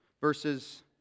verses